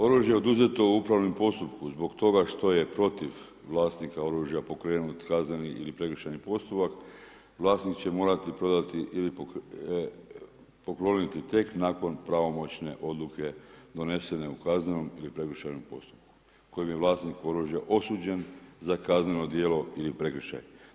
Oružje oduzeto u upravnom postupku zbog toga što je protiv vlasnika oružja pokrenut kazneni ili prekršajni postupak vlasnik će morati prodati ili pokloniti tek nakon pravomoćne odluke donesene u kaznenom ili prekršajnom postupku kojim je vlasnik oružja osuđen za kazneno djelo ili prekršaj.